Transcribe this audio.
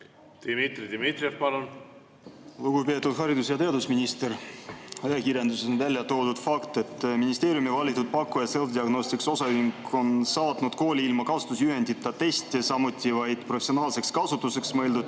läbiviimisele? Lugupeetud haridus‑ ja teadusminister! Ajakirjanduses on välja toodud fakt, et ministeeriumi valitud pakkuja Selfdiagnostics Osaühing on saatnud kooli ilma kasutusjuhendita teste, samuti vaid professionaalseks kasutuseks mõeldud